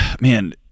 man